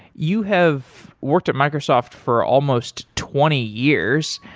you have worked at microsoft for almost twenty years.